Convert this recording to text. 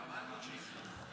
דוידסון, קצת יותר בשקט, בבקשה.